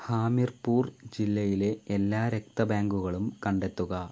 ഹാമിർപൂർ ജില്ലയിലെ എല്ലാ രക്ത ബാങ്കുകളും കണ്ടെത്തുക